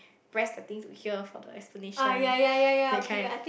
press the thing to hear for the explanation that kind